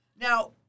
Now